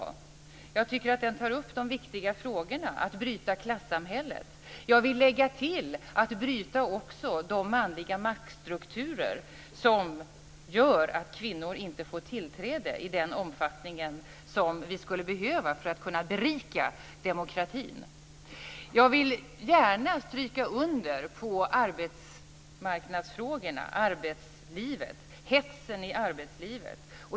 Jag tycker att den tar upp de viktiga frågorna, t.ex. att bryta klassamhället. Jag vill lägga till: att bryta också de manliga maktstrukturer som gör att kvinnor inte får tillträde i den omfattning som vi skulle behöva för att kunna berika demokratin. När det gäller arbetsmarknadsfrågorna vill jag gärna stryka under detta med hetsen i arbetslivet.